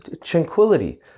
tranquility